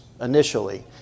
initially